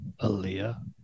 Aaliyah